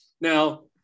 Now